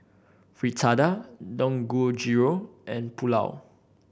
Fritada Dangojiru and Pulao